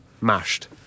mashed